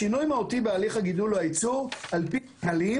שינוי מהותי בהליך הגידול או הייצור על פי נהלים,